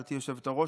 גברתי היושבת-ראש,